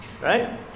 right